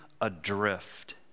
adrift